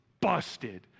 busted